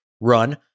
run